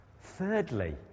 Thirdly